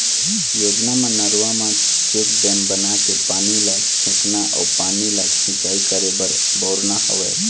योजना म नरूवा म चेकडेम बनाके पानी ल छेकना अउ पानी ल सिंचाई करे बर बउरना हवय